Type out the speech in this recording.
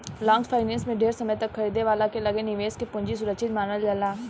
long finance में ढेर समय तक खरीदे वाला के लगे निवेशक के पूंजी सुरक्षित मानल जाला